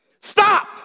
Stop